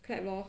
clap lor